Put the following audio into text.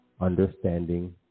understanding